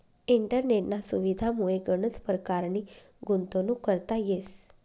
इंटरनेटना सुविधामुये गनच परकारनी गुंतवणूक करता येस